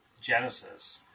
Genesis